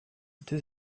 deux